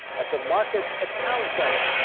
at the markets at town center.